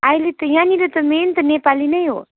अहिले त यहाँनिर त मेन त नेपाली नै हो